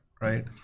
right